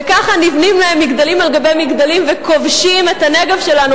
וכך נבנים להם מגדלים על גבי מגדלים וכובשים את הנגב שלנו,